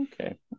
Okay